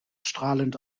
strahlend